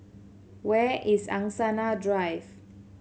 where is Angsana Drive